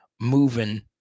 moving